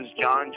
John